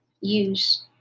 use